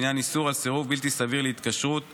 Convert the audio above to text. בעניין איסור על סירוב בלתי סביר להתקשרות);